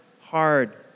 hard